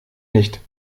nicht